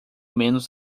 menos